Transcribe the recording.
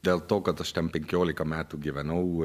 dėl to kad aš tam penkiolika metų gyvenau